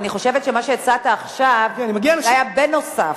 אני חושבת שמה שהצעת עכשיו זה היה בנוסף.